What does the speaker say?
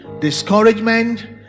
discouragement